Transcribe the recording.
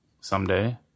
someday